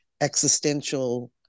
existential